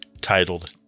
titled